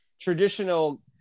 traditional